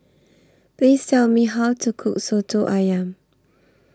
Please Tell Me How to Cook Soto Ayam